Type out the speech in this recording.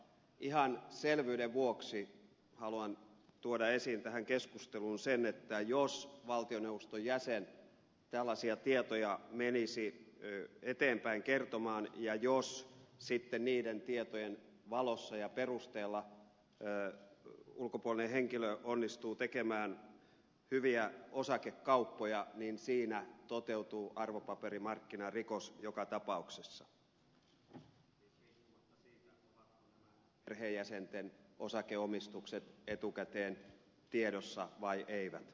ihan selvyyden vuoksi haluan tuoda esiin tähän keskusteluun sen että jos valtioneuvoston jäsen tällaisia tietoja menisi eteenpäin kertomaan ja jos sitten niiden tietojen valossa ja perusteella ulkopuolinen henkilö onnistuu tekemään hyviä osakekauppoja niin siinä toteutuu arvopaperimarkkinarikos joka tapauksessa siis riippumatta siitä ovatko nämä perheenjäsenten osakeomistukset etukäteen tiedossa vai eivät